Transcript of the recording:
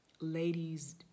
ladies